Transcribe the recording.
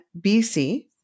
BC